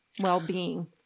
well-being